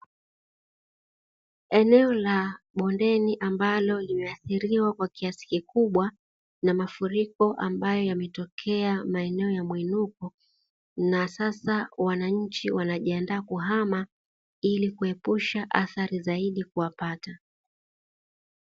Eneo la bondeni ambalo limeathiriwa kwa kiasi kikubwa na mafuriko, ambayo yametokea maeneo ya mwinuko na sasa wananchi wanajiandaa kuhama ili kuepusha athari zaidi kuwapata.